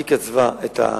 הוא קצב את הסכום,